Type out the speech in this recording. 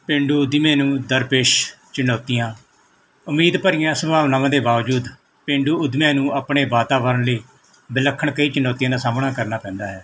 ਪੇਂਡੂ ਉਦਮੀਆਂ ਨੂੰ ਦਰਪੇਸ਼ ਚੁਣੌਤੀਆਂ ਉਮੀਦ ਭਰੀਆਂ ਸੰਭਾਵਨਾਵਾਂ ਦੇ ਬਾਵਜੂਦ ਪੇਂਡੂ ਉਦਮੀਆਂ ਨੂੰ ਆਪਣੇ ਵਾਤਾਵਰਨ ਲਈ ਵਿਲੱਖਣ ਕਈ ਚੁਣੌਤੀਆਂ ਦਾ ਸਾਹਮਣਾ ਕਰਨਾ ਪੈਂਦਾ ਹੈ